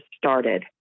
started